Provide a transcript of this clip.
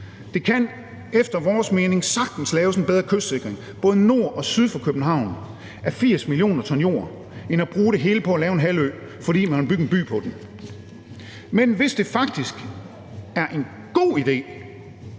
Der kan efter vores mening sagtens laves en bedre kystsikring både nord og syd for København af 80 mio. t jord end at bruge det hele på at lave en halvø, fordi man vil bygge en by på den. Men hvis det faktisk er en god idé